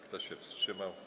Kto się wstrzymał?